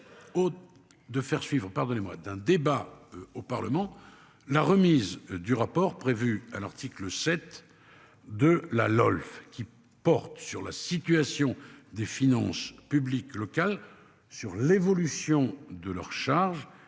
De faire suivre pardonnez-moi d'un débat au Parlement. La remise du rapport prévue à l'article 7. De la LOLF, qui porte sur la situation des finances publiques locales sur l'évolution de leurs charges